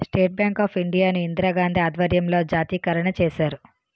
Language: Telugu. స్టేట్ బ్యాంక్ ఆఫ్ ఇండియా ను ఇందిరాగాంధీ ఆధ్వర్యంలో జాతీయకరణ చేశారు